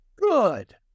good